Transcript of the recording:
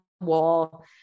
wall